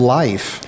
life